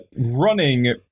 Running